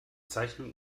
zeichnung